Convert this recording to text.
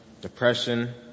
depression